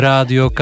Radio